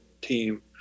team